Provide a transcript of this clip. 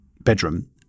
bedroom